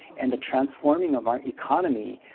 and the transforming of our economy,